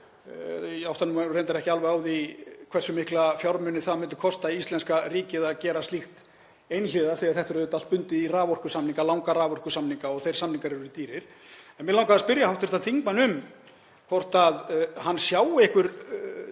Ég átta mig reyndar ekki alveg á því hversu mikla fjármuni það myndi kosta íslenska ríkið að gera slíkt einhliða því þetta er auðvitað allt bundið í raforkusamninga, langa raforkusamninga, og þeir samningar eru dýrir. En mig langaði að spyrja hv. þingmann hvort hann sjái einhver